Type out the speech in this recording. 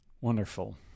Wonderful